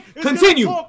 Continue